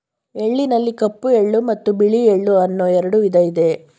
ಎಳ್ಳಿನಲ್ಲಿ ಕಪ್ಪು ಎಳ್ಳು ಮತ್ತು ಬಿಳಿ ಎಳ್ಳು ಅನ್ನೂ ಎರಡು ವಿಧ ಇದೆ